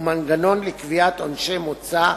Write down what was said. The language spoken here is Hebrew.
ומנגנון לקביעת עונשי מוצא,